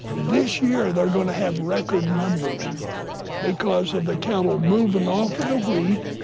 this year they're going to have record numbers because of the cattle moving off of the wheat.